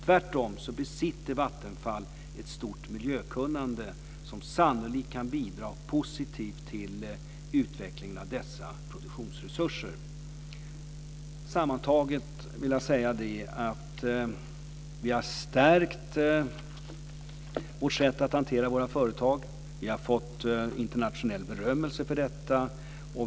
Tvärtom besitter Vattenfall ett stort miljökunnande, som sannolikt kan bidra positivt till utvecklingen av dessa produktionsresurser. Sammantaget vill jag säga att vi har stärkt vårt sätt att hantera våra företag och vi har fått internationell berömmelse för detta.